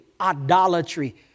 idolatry